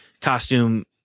costume